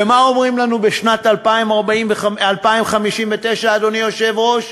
ומה אומרים לנו על שנת 2059, אדוני היושב-ראש?